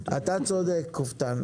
אתה צודק קופטאן.